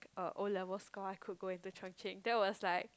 uh O-level score I could go into Chung-Cheng that was like